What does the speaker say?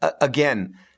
again